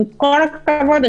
עם כל הכבוד,